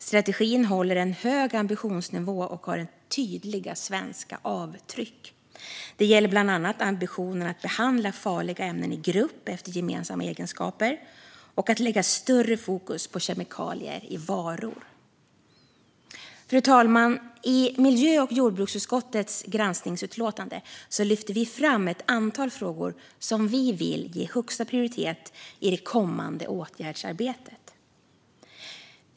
Strategin håller en hög ambitionsnivå och har tydliga svenska avtryck. Det gäller bland annat ambitionen att behandla farliga ämnen i grupp efter gemensamma egenskaper och att lägga större fokus på kemikalier i varor. Fru talman! I vårt granskningsutlåtande lyfter vi i miljö och jordbruksutskottet fram ett antal frågor som vi vill ge högsta prioritet i det kommande åtgärdsarbetet.